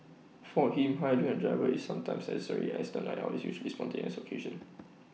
for him hiring A driver is sometimes necessary as A night out is usually A spontaneous occasion